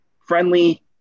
friendly